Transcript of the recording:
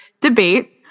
debate